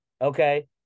Okay